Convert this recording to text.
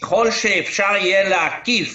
ככל שאפשר יהיה להקיף